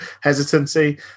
hesitancy